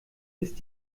ist